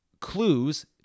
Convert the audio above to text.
clues